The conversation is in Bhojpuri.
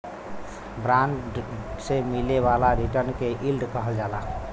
बांड से मिले वाला रिटर्न के यील्ड कहल जाला